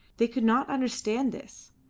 they could not understand this.